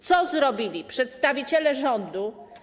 Co zrobili przedstawiciele rządu?